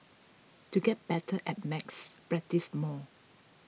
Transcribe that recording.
to get better at maths practise more